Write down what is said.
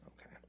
okay